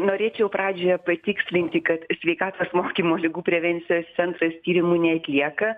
norėčiau pradžioje patikslinti kad sveikatos mokymo ligų prevencijos centras tyrimų neatlieka